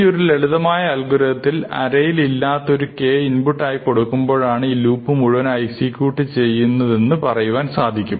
ഈ ഒരു ലളിതമായ അൽഗോരിതത്തിൽ അറയിൽ ഇല്ലാത്ത ഒരു k ഇൻപുട്ട് ആയി കൊടുക്കുമ്പോഴാണ് ഈ ലൂപ്പ് മുഴുവനും എക്സിക്യൂട്ട് ചെയ്യുന്നതെന്നു പറയുവാൻ സാധിക്കും